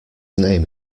name